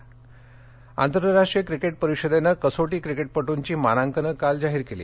cricket आंतरराष्ट्रीय cricket परिषदेनं कसोटी क्रिकेटपटूंची मानांकनं काल जाहीर केली